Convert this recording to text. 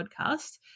podcast